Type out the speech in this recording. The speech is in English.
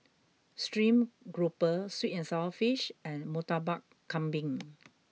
Stream Grouper Sweet and Sour Fish and Murtabak Kambing